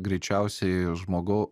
greičiausiai žmogau